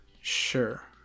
Sure